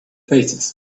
faces